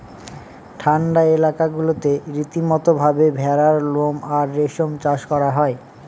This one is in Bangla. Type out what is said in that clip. ঠান্ডা এলাকা গুলাতে রীতিমতো ভাবে ভেড়ার লোম আর রেশম চাষ করা হয়